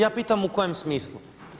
Ja pitam u kojem smislu.